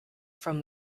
from